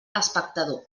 espectador